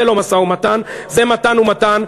זה לא משא-ומתן, זה מתן ומתן.